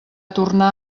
tornar